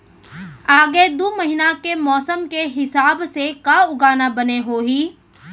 आगे दू महीना के मौसम के हिसाब से का उगाना बने होही?